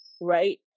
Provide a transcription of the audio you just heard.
Right